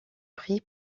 pris